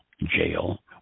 jail